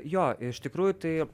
jo iš tikrųjų tai